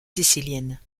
sicilienne